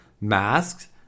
masks